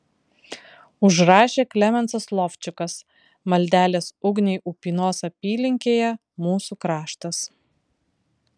užrašė klemensas lovčikas maldelės ugniai upynos apylinkėje mūsų kraštas